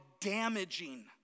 damaging